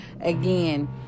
again